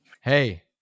Hey